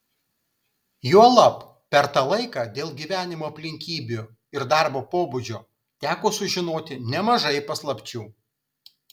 juolab per tą laiką dėl gyvenimo aplinkybių ir darbo pobūdžio teko sužinoti nemažai paslapčių